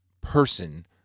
person